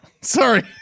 sorry